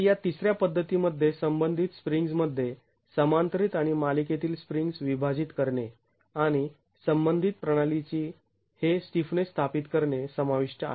तर या तिसऱ्या पद्धतीमध्ये संबंधित स्प्रिंग्ज् मध्ये समांतरीत आणि मालिकेतील स्प्रिंग्ज् विभाजित करणे आणि संबंधित प्रणालीची हे स्टिफनेस स्थापित करणे समाविष्ट आहे